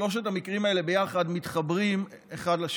שלושת המקרים האלה ביחד מתחברים אחד לשני.